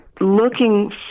looking